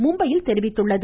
மும்பையில் தெரிவித்துள்ளது